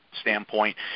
standpoint